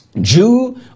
Jew